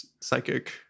psychic